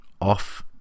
off